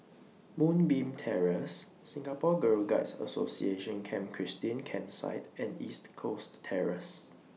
Moonbeam Terrace Singapore Girl Guides Association Camp Christine Campsite and East Coast Terrace